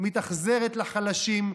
מתאכזרת לחלשים,